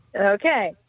okay